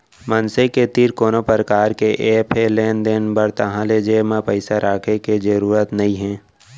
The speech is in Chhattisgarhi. मनसे के तीर कोनो परकार के ऐप हे लेन देन बर ताहाँले जेब म पइसा राखे के जरूरत नइ हे